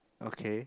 okay